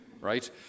right